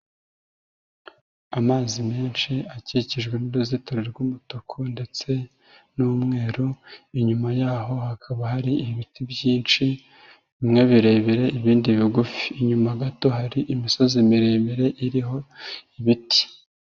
Amazi menshi akikijwe n'uruzitiro rw'umutuku ndetse n'umweru, inyuma yaho hakaba hari ibiti byinshi, bimwe birebire ibindi bigufi. Inyuma gato hari imisozi miremire iriho ibiti.